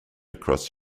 across